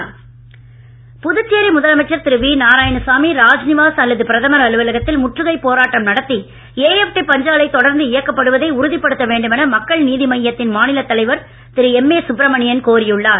MAS Puducherry முதலமைச்சர் திரு V Narayanasamy Raj Nivas அல்லது பிரதமர் அலுவலகத்தில் முற்றுகை போராட்டம் நடத்தி ரஎப்டி பஞ்சாலை தொடர்ந்து இயக்கப்படுவதை உறுதிப்படுத்த வேண்டும் என மக்கள் நீதி மய்யத்தின் மாநில தலைவர் திரு எம்ஏ சுப்பிரமணியன் கோரி உள்ளார்